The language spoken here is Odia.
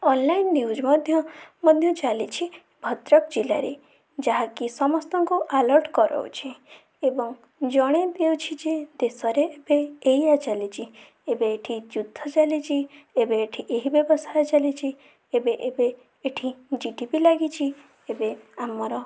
ଅନଲାଇନ୍ ନ୍ୟୁଜ୍ ମଧ୍ୟ ମଧ୍ୟ ଚାଲିଛି ଭଦ୍ରକ ଜିଲ୍ଲାରେ ଯାହାକି ସମସ୍ତଙ୍କୁ ଆଲର୍ଟ କରଉଛି ଏବଂ ଜଣେଇ ଦେଉଛି ଯେ ଦେଶରେ ଏବେ ଏଇଆ ଚାଲିଛି ଏବେ ଏଠି ଯୁଦ୍ଧ ଚାଲିଛି ଏବେ ଏଠି ଏହି ବ୍ୟବସାୟ ଚାଲିଛି ଏବେ ଏବେ ଏଠି ଜିଡ଼ିପି ଲାଗିଛି ଏବେ ଆମର